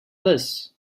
this